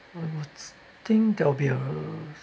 I think that'll be a